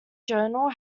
general